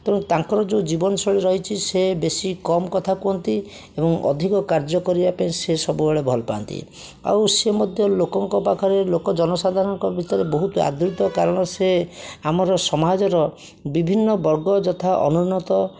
ତେଣୁ ତାଙ୍କର ଯେଉଁ ଜୀବନ ଶୈଳୀ ରହିଛି ସେ ବେଶି କମ୍ କଥା କୁହନ୍ତି ଏବଂ ଅଧିକ କାର୍ଯ୍ୟ କରିବା ପାଇଁ ସିଏ ସବୁବେଳେ ଭଲ ପାଆନ୍ତି ଆଉ ସିଏ ମଧ୍ୟ ଲୋକଙ୍କ ପାଖରେ ଲୋକ ଜନସାଧାରଣଙ୍କ ଭିତରେ ବହୁତ ଆଦୃିତ କାରଣ ସେ ଆମର ସମାଜର ବିଭିନ୍ନ ବର୍ଗ ଯଥା ଅନୁନ୍ନତ